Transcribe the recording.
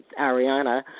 Ariana